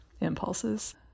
impulses